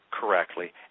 correctly